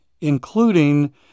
including